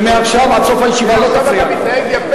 שמעכשיו ועד סוף הישיבה לא תפריע לי.